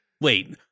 Wait